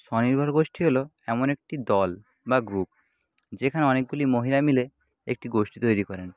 স্বনির্ভর গোষ্ঠী হল এমন একটি দল বা গ্রুপ যেখানে অনেকগুলি মহিলা মিলে একটি গোষ্ঠী তৈরি করেন